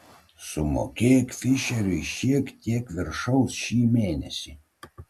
sumokėk fišeriui šiek tiek viršaus šį mėnesį